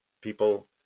people